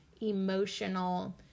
emotional